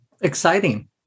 Exciting